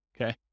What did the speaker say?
okay